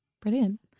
Brilliant